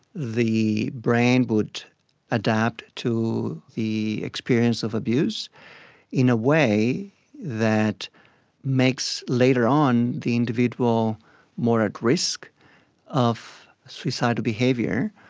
the brain would adapt to the experience of abuse in a way that makes later on the individual more at risk of suicidal behaviour,